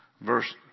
Verse